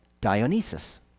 Dionysus